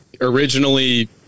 originally